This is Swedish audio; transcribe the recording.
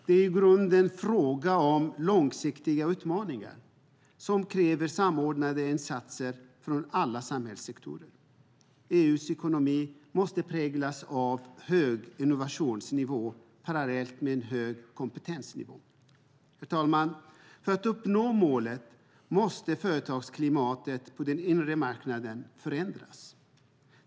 Det är i grunden fråga om långsiktiga utmaningar som kräver samordnade insatser från alla samhällssektorer. EU:s ekonomi måste präglas av hög innovationsnivå parallellt med en hög kompetensnivå. Herr talman! För att uppnå målet måste företagsklimatet på den inre marknaden förändras.